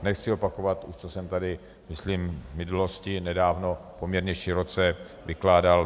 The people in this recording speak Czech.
Nechci už opakovat, co jsem tady myslím v minulosti nedávno poměrně široce vykládal.